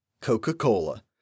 Coca-Cola